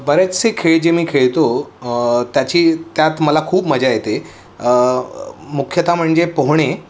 बरेचसे खेळ जे मी खेळतो त्याची त्यात मला खूप मजा येते मुख्यतः म्हणजे पोहणे